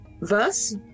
verse